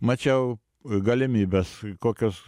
mačiau galimybes kokios